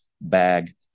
bag